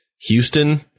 Houston